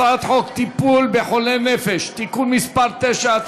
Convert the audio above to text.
הצעת חוק טיפול בחולי נפש (תיקון מס' 9),